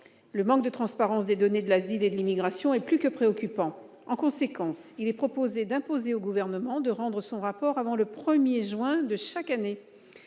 Le manque de transparence des données relatives à l'asile et à l'immigration est plus que préoccupant. En conséquence, il est proposé d'imposer au Gouvernement de rendre son rapport avant le 1 juin de chaque année.